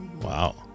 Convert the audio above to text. Wow